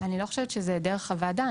אני לא חושבת שזה דרך הוועדה.